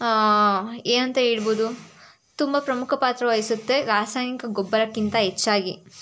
ಏನಂತ ಹೇಳ್ಬೋದು ತುಂಬ ಪ್ರಮುಖ ಪಾತ್ರ ವಹಿಸುತ್ತೆ ರಾಸಾಯನಿಕ ಗೊಬ್ಬರಕ್ಕಿಂತ ಹೆಚ್ಚಾಗಿ